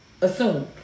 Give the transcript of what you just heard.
assume